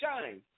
shine